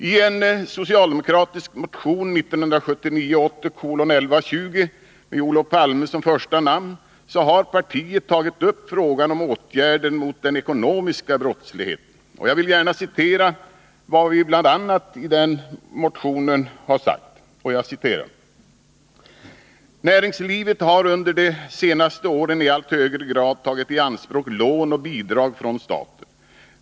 I en socialdemokratisk motion 1979/80:1120 med Olof Palme som första namn har partiet tagit upp frågan om åtgärder mot den ekonomiska brottsligheten. Jag vill gärna citera vad vi då redovisade i den motionen. ”Näringslivet har under de senaste åren i allt högre grad tagit i anspråk lån och bidrag från staten.